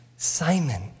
Simon